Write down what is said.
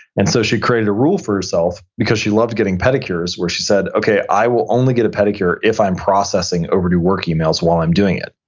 and so she created a rule for herself because she loved getting pedicures, where she said, okay, i will only get a pedicure if i'm processing overdue work emails while i'm doing it.